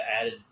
added